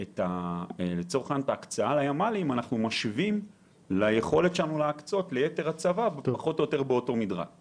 את ההקצאה לימ"לים אנחנו משווים ליכולת להקצות ליתר הצבא במדרג דומה.